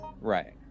Right